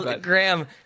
Graham